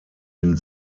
den